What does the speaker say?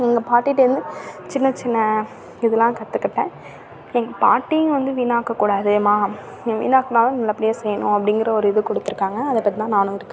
எங்கள் பாட்டிகிட்ட இருந்து சின்ன சின்ன இதெலாம் கற்றுக்கிட்டேன் எங்கள் பாட்டியும் வந்து வீணாக்கக்கூடாதும்மா நீ வீணாக்கினாலும் நல்லபடியாக செய்யணும் அப்படிங்கிற ஒரு இது கொடுத்துருக்காங்க அது படி தான் நானும் இருக்கேன்